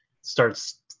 starts